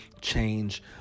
change